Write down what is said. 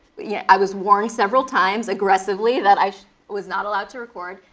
yeah, i was warned several times aggressively that i was not allowed to record,